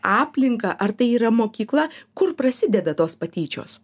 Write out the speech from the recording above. aplinką ar tai yra mokykla kur prasideda tos patyčios